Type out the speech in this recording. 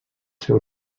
seu